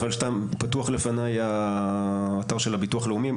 פתוח לפניי האתר של הביטוח לאומי.